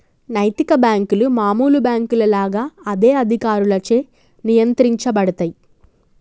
నైతిక బ్యేంకులు మామూలు బ్యేంకుల లాగా అదే అధికారులచే నియంత్రించబడతయ్